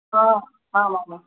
हा आमामाम्